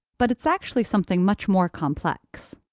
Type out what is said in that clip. but it's actually something much more complex.